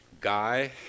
guy